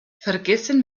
vergessen